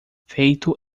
feito